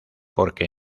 porque